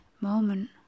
moment